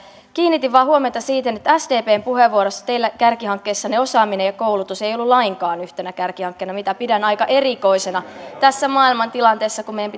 kiinnitin vain huomiota siihen että sdpn puheenvuorossa teillä kärkihankkeissanne osaaminen ja koulutus ei ollut lainkaan yhtenä kärkihankkeena mitä pidän aika erikoisena tässä maailmantilanteessa kun meidän